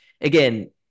again